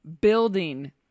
building